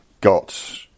got